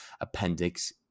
Appendix